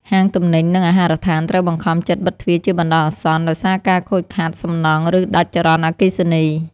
ហាងទំនិញ និងអាហារដ្ឋានត្រូវបង្ខំចិត្តបិទទ្វារជាបណ្តោះអាសន្នដោយសារការខូចខាតសំណង់ ឬដាច់ចរន្តអគ្គិសនី។